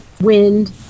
wind